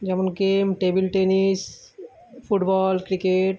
যেমন কি table tennis football cricket